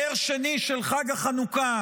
נר שני של חג החנוכה,